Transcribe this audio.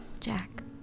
Jack